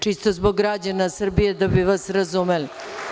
Čisto zbog građana Srbije, da bi vas razumeli.